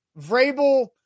Vrabel –